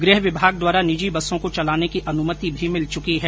गृह विभाग द्वारा निजी बसों को चलाने की अनुमति भी मिल चुकी है